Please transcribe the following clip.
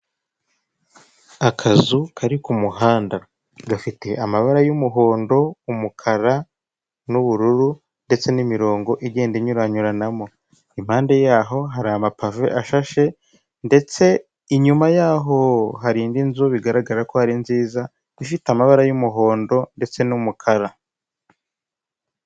Akazu kari ku muhanda gafite amabara y'umuhondo, umukara, n'ubururu ndetse n'imirongo igenda inyuranyuranamo. Impande yaho hari amapave ashashe, ndetse inyuma yaho hari indi nzu bigaragara ko ari nziza. ifite amabara y'umuhondo ndetse n'umukara.